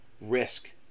risk